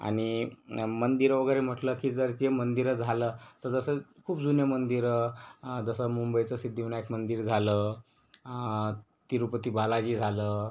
आणि मंदिरं वगैरे म्हटलं की जर ते मंदिरं झालं तर जसं खूप जुने मंदिरं जसं मुंबईचं सिद्धीविनायक मंदिर झालं तिरुपती बालाजी झालं